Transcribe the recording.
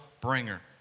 bringer